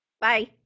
Bye